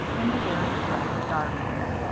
into various ragged garments.